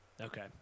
Okay